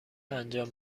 انجام